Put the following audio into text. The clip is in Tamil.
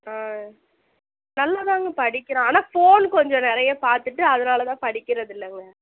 ஆ நல்லாதாங்க படிக்கிறான் ஆனால் ஃபோனு கொஞ்சம் நிறையா பார்த்துட்டு அதனால தான் படிக்கிறதில்லைங்க